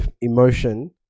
emotion